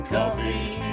Coffee